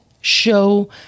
show